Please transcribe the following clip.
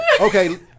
Okay